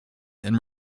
and